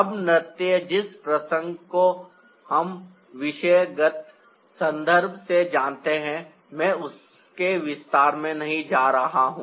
अब नृत्य जिस प्रसंग को हम विषयगत संदर्भ से जानते हैं मैं उसके विस्तार में नहीं जा रहा हूं